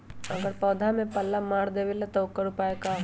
अगर पौधा में पल्ला मार देबे त औकर उपाय का होई?